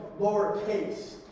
lowercase